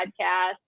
podcast